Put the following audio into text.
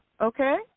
Okay